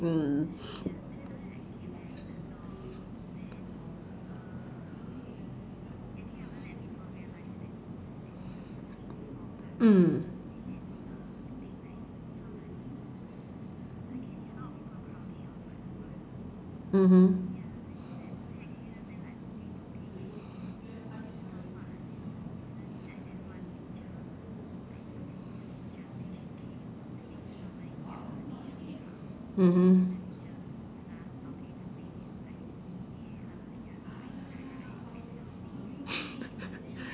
mm mmhmm mmhmm